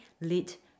lit